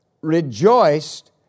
Rejoiced